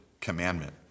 commandment